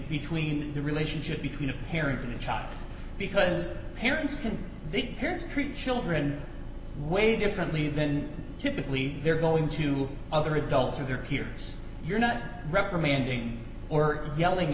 between the relationship between a parent and a child because parents can the parents treat children way differently than typically they're going to other adults or their peers you're not reprimanding or yelling